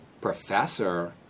professor